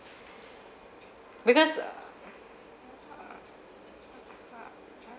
because err